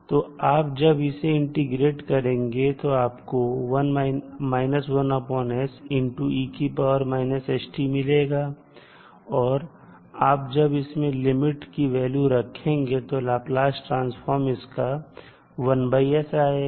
तो आप जब इसे इंटीग्रेट करेंगे तो आपको मिलेगा और आप जब इसमें लिमिट की वैल्यू रखेंगे तो लाप्लास ट्रांसफॉर्म इसका आएगा